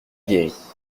guéri